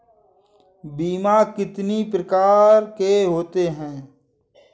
बीमा कितनी प्रकार के होते हैं?